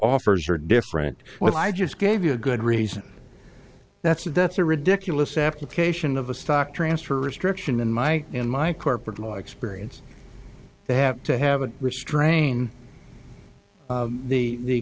offers are different well i just gave you a good reason that's that's a ridiculous application of a stock transfer restriction in my in my corporate law experience they have to have a restrain the